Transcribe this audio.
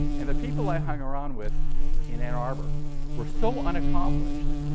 and the people i hung around with in ann arbor were so unaccomplished,